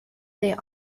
their